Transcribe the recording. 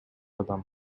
адам